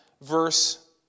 verse